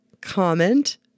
comment